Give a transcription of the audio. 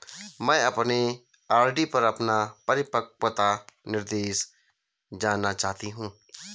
मैं अपने आर.डी पर अपना परिपक्वता निर्देश जानना चाहती हूँ